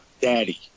Daddy